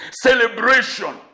celebration